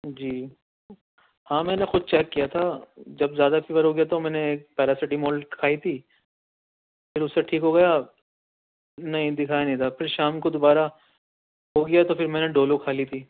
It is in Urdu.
جی ہاں میں نے خود چیک کیا تھا جب زیادہ فیور ہو گیا تو میں نے ایک پیراسیٹیمال کھائی تھی پھر اس سے ٹھیک ہو گیا نہیں دکھایا نہیں ڈاکٹر شام کو دوبارہ ہو گیا تو پھر میں نے ڈولو کھا لی تھی